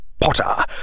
Potter